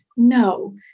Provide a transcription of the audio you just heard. No